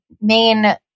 main